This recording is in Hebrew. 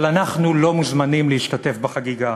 אבל אנחנו לא מוזמנים להשתתף בחגיגה.